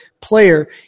player